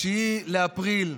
ב-9 באפריל,